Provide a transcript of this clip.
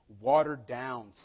watered-down